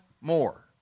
more